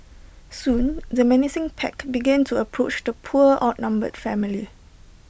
soon the menacing pack began to approach the poor outnumbered family